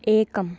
एकम्